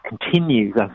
continues